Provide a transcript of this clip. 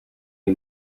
iyi